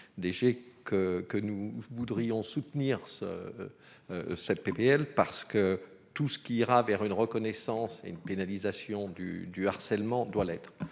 que que nous voudrions soutenir ce cette PPL parce que tout ce qui ira vers une reconnaissance et une pénalisation du du harcèlement doit l'être,